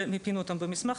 שמיפינו אותן במסמך,